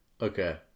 Okay